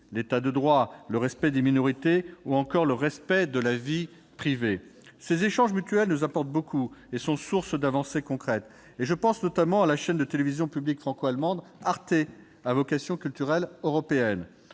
l'État de droit, le respect des minorités ou encore le respect de la vie privée. Ces échanges mutuels nous apportent beaucoup et sont une source d'avancées concrètes. Je pense notamment à la chaîne de télévision publique franco-allemande à vocation culturelle européenne,